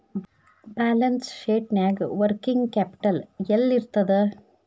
Balance ಶೇಟ್ನ್ಯಾಗ working capital ಯೆಲ್ಲಿರ್ತದ?